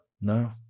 no